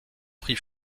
prix